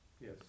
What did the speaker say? Yes